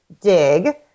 dig